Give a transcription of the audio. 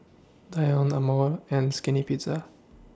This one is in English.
Danone Amore and Skinny Pizza